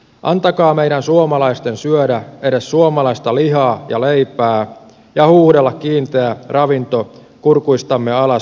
antakaa meidän suomalaisten syödä edes suomalaista lihaa ja leipää ja huuhdella kiinteä ravinto kurkuistamme alas suomalaisella maidolla